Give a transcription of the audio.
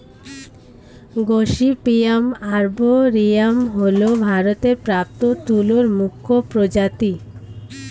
gossypium আর্বরিয়াম হল ভারতে প্রাপ্ত তুলোর মুখ্য প্রজাতি